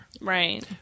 Right